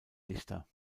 dichter